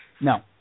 No